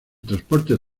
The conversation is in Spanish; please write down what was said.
transporte